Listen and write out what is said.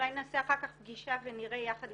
אולי נעשה אחר כך פגישה ונראה יחד,